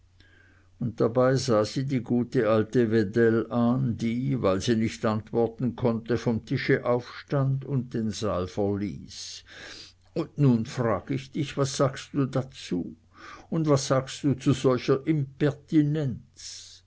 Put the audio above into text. und dabei sah sie die gute alte wedell an die weil sie nicht antworten konnte vom tische aufstand und den saal verließ und nun frag ich dich was sagst du dazu was sagst du zu solcher